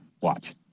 Watch